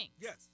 Yes